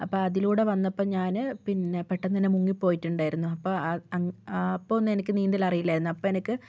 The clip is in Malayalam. അപ്പോൾ അതിലൂടെ വന്നപ്പോൾ ഞാൻ പിന്നേ പെട്ടെന്നു തന്നേ മുങ്ങിപ്പോയിട്ടുണ്ടായിരുന്നു അപ്പോൾ ആ അപ്പോൾ ഒന്നും എനിക്ക് നീന്തൽ അറിയില്ലായിരുന്നു അപ്പോൾ എനിക്ക്